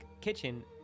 kitchen